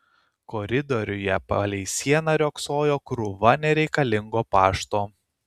koridoriuje palei sieną riogsojo krūva nereikalingo pašto